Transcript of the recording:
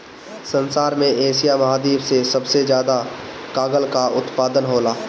संसार में एशिया महाद्वीप से सबसे ज्यादा कागल कअ उत्पादन होला